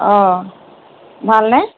অঁ ভালনে